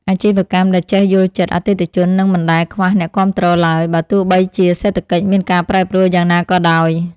អាជីវកម្មដែលចេះយល់ចិត្តអតិថិជននឹងមិនដែលខ្វះអ្នកគាំទ្រឡើយ បើទោះបីជាសេដ្ឋកិច្ចមានការប្រែប្រួលយ៉ាងណាក៏ដោយ។